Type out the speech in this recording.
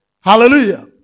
Hallelujah